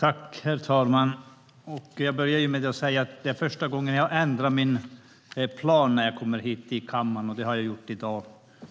Herr talman! Jag börjar med att säga att det är första gången jag ändrar min plan när jag kommer hit till kammaren. Det har jag gjort i dag.